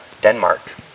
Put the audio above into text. Denmark